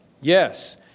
Yes